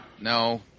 No